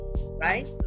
right